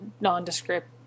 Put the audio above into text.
nondescript